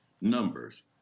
numbers